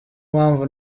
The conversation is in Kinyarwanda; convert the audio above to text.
mpamvu